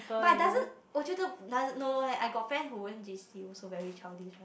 but doesn't 我觉得 doesn't no eh I got friend who went J_C also very childish one